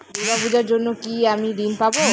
দূর্গা পূজার জন্য কি আমি ঋণ পাবো?